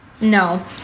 No